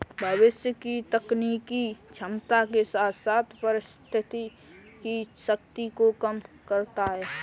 भविष्य की तकनीकी क्षमता के साथ साथ परिसंपत्ति की शक्ति को कम करता है